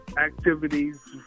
activities